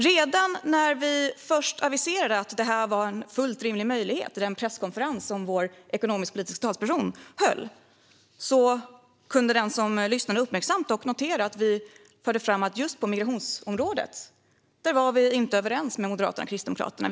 Redan när vi först, vid den presskonferens som vår ekonomisk-politiska talesperson höll, aviserade att detta var en fullt rimlig möjlighet kunde den som lyssnade uppmärksamt dock notera att vi förde fram att vi just på migrationsområdet inte var överens med Moderaterna och Kristdemokraterna.